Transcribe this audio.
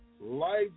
life